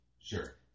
Sure